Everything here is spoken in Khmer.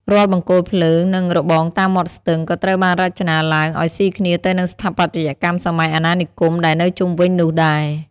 រាល់បង្គោលភ្លើង និងរបងតាមមាត់ស្ទឹង ក៏ត្រូវបានរចនាឡើងឱ្យស៊ីគ្នាទៅនឹងស្ថាបត្យកម្មសម័យអាណានិគមដែលនៅជុំវិញនោះដែរ។